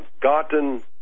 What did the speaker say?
gotten